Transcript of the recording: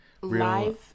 Live